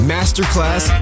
Masterclass